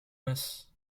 mes